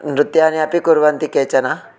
नृत्यानि अपि कुर्वन्ति केचन